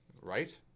Right